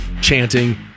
chanting